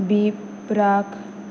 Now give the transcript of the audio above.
बी प्राक